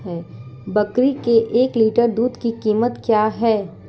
बकरी के एक लीटर दूध की कीमत क्या है?